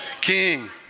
King